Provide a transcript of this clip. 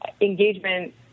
engagement